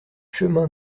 chemin